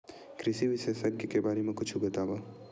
कृषि विशेषज्ञ के बारे मा कुछु बतावव?